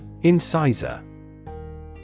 Incisor